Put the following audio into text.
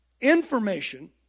Information